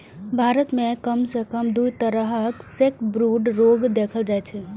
भारत मे कम सं कम दू तरहक सैकब्रूड रोग देखल जाइ छै